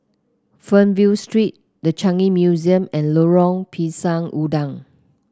Fernvale Street The Changi Museum and Lorong Pisang Udang